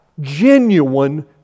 genuine